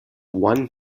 one